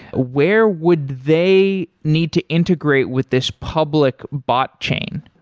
where would they need to integrate with this public botchain?